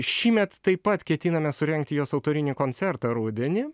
šįmet taip pat ketiname surengti jos autorinį koncertą rudenį